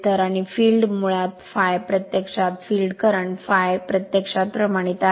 तर आणि फील्ड मुळात ∅ प्रत्यक्षात फील्ड करंट ∅ प्रत्यक्षात प्रमाणित आहे